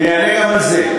אני אענה גם על זה.